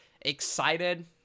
excited